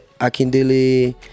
akindele